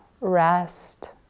rest